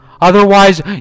Otherwise